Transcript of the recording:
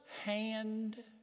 hand